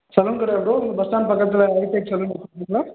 salon கடையா bro இந்த bus stand பக்கத்தில் ஹை டெக் சலூன்